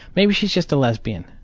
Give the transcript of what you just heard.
maybe she's just a lesbian.